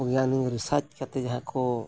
ᱵᱤᱜᱽᱜᱟᱱᱤ ᱨᱤᱥᱟᱨᱪ ᱠᱟᱛᱮᱫ ᱡᱟᱦᱟᱸ ᱠᱚ